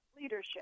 leadership